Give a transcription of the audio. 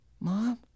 Mom